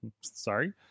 Sorry